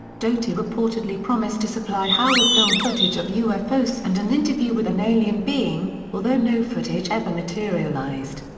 doty reportedly promised to supply howe with film footage of ufos and an interview with an alien being, although no footage ever materialized.